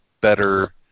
better